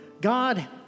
God